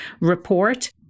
report